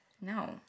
No